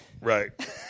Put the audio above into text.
Right